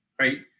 Right